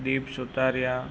Deep Sutaria